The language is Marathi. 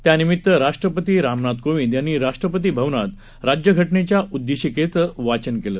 त्यानिमित्त राष्ट्रपती रामनाथ कोविंद यांनी राष्ट्रपती भवनात राज्यघटनेच्या उद्देशिकेचं वाचन केलं